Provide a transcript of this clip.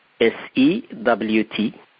S-E-W-T